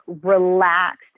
relaxed